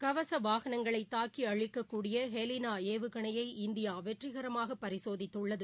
கவச வாகனங்களை தாக்கி அழிக்கக் கூடிய ஹெலினா ஏவுகணையை இந்தியா வெற்றிகரமாக பரிசோதித்துள்ளது